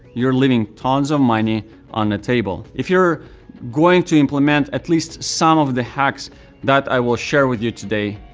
you're leaving tons of money on the table. if you're going to implement at least some of the hacks that i will share with you today,